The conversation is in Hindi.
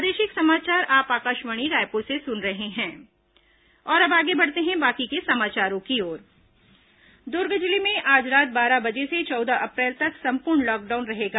लॉकडाउन दुर्ग जिले में आज रात बारह बजे से चौदह अप्रैल तक संपूर्ण लॉकडाउन रहेगा